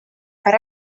per